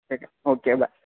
ठीक आहे okay bye